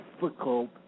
difficult